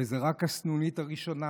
וזאת רק הסנונית הראשונה.